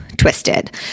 Twisted